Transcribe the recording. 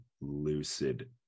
lucid